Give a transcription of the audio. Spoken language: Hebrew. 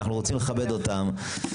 אנחנו רוצים לכבד אותם.